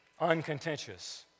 uncontentious